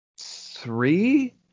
three